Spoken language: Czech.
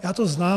Já to znám.